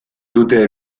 dute